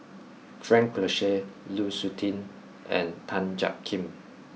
Frank Cloutier Lu Suitin and Tan Jiak Kim